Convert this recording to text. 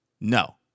No